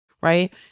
right